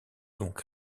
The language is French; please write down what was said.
donc